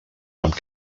amb